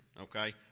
Okay